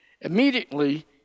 Immediately